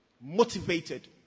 motivated